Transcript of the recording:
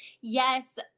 Yes